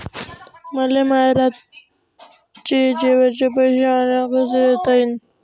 मले माया रातचे जेवाचे पैसे ऑनलाईन कसे देता येईन?